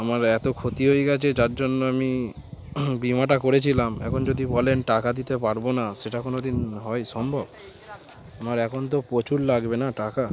আমার এত ক্ষতি হয়ে গেছে যার জন্য আমি বিমাটা করেছিলাম এখন যদি বলেন টাকা দিতে পারবো না সেটা কোনো দিন হয় সম্ভব আমার এখন তো প্রচুর লাগবে না টাকা